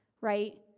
right